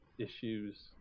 issues